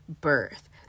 birth